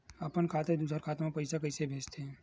अपन खाता ले दुसर के खाता मा पईसा कइसे भेजथे?